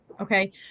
okay